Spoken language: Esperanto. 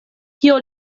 kio